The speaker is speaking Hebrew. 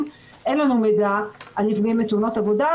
אין לנו מידע על נפגעים בתאונות עבודה.